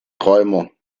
träumer